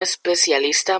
especialista